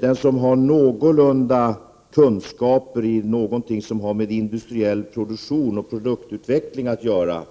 Den som har någorlunda bra kunskaper om någonting som har med industriell produktion och produktutveckling att göra